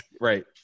Right